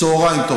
צוהריים טוב.